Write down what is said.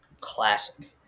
classic